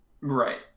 Right